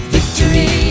Victory